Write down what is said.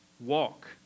walk